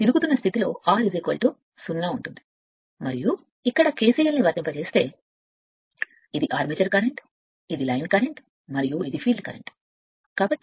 r 0 మరియు ఇక్కడ KCLను వర్తింపజేస్తే ఇది ఆర్మేచర్ కరెంట్ అని వర్తిస్తే ఇది లైన్ కరెంట్ మరియు ఇది ఫీల్డ్ కరెంట్ అని పిలుస్తారు